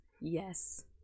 Yes